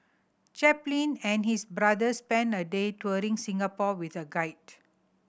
Chaplin and his brother spent a day touring Singapore with a guide